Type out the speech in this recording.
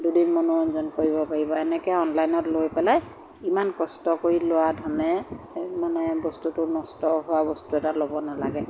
দুদিন মনোৰঞ্জন কৰিব পাৰিব এনেকৈ অনলাইনত লৈ পেলাই ইমান কষ্ট কৰি লোৱা ধনে মানে বস্তুটো নষ্ট হোৱা বস্তু এটা ল'ব নালাগে